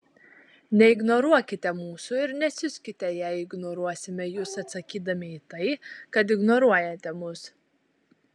neignoruokite mūsų ir nesiuskite jei ignoruosime jus atsakydami į tai kad ignoruojate mus